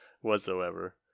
whatsoever